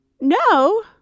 no